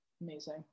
Amazing